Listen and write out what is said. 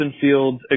Fields